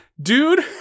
Dude